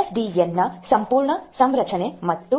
S D ಎನ್ನ ಸಂಪೂರ್ಣ ಸಂರಚನೆ ಮತ್ತು